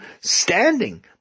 standing